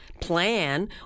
plan